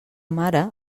mare